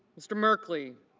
mr. merkley